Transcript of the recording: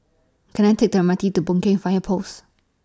Can I Take The M R T to Boon Keng Fire Post